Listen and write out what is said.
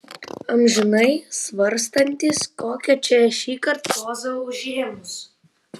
amžinai svarstantys kokią čia šįkart pozą užėmus